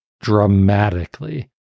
dramatically